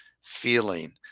feeling